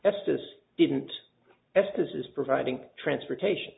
testers didn't as this is providing transportation